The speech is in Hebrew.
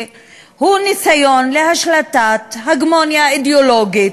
הוא ניסיון להשלטת הגמוניה אידיאולוגית,